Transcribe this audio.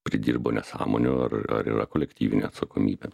pridirbo nesąmonių ar ar yra kolektyvinė atsakomybė